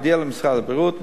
הודיעה למשרד הבריאות,